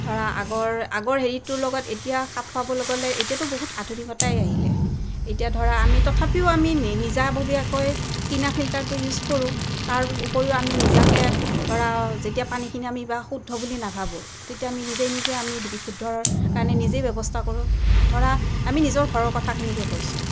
ধৰা আগৰ আগৰ হেৰিটোৰ লগত এতিয়া খাপ খোৱাবলৈ গ'লে এতিয়াটো বহুত আধুনিকতাই আহিলে এতিয়া ধৰা আমি তথাপিও আমি নিজাববীয়াকৈ কিনা ফিল্টাৰটো ইউজ কৰোঁ তাৰ উপৰিও আমি নিজাকে ধৰা যেতিয়া পানীখিনি আমি বা শুদ্ধ বুলি নাভাবোঁ তেতিয়া আমি নিজেই নিজেই আমি বিশুদ্ধৰ কাৰণে নিজেই ব্যৱস্থা কৰোঁ ধৰা আমি নিজৰ ঘৰৰ কথাখিনিকে কৈছোঁ